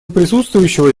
присутствующего